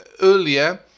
earlier